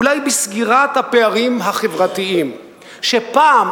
אולי בסגירת הפערים החברתיים שפעם,